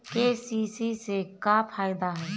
KCC से का फायदा ह?